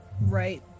right